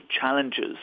challenges